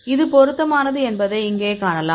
இது பொருத்தமானது என்பதை இங்கே காணலாம்